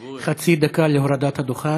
הבא בחשבון שאיציק תמיד